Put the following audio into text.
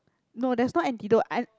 no there's no antidote and